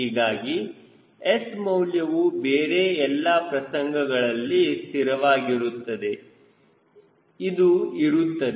ಹೀಗಾಗಿ S ಮೌಲ್ಯವು ಬೇರೆ ಎಲ್ಲಾ ಪ್ರಸಂಗಗಳಲ್ಲಿ ಸ್ಥಿರವಾಗಿರುತ್ತದೆ ಇದು ಇರುತ್ತದೆ